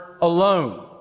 alone